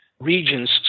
regions